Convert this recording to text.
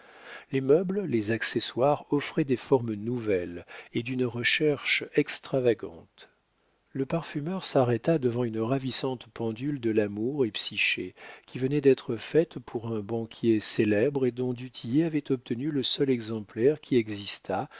les meubles les accessoires offraient des formes nouvelles et d'une recherche extravagante le parfumeur s'arrêta devant une ravissante pendule de l'amour et psyché qui venait d'être faite pour un banquier célèbre et dont du tillet avait obtenu le seul exemplaire qui existât